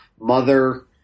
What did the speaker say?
Mother